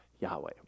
Yahweh